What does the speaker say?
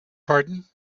pardon